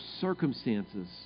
circumstances